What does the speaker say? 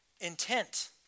intent